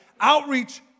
Outreach